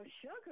sugar